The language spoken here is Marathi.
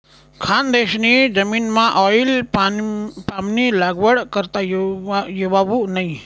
खानदेशनी जमीनमाऑईल पामनी लागवड करता येवावू नै